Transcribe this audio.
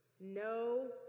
No